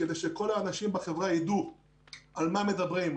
כדי שכל האנשים בחברה ידעו על מה מדברים,